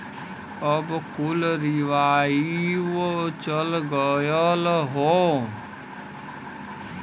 अब कुल रीवाइव चल गयल हौ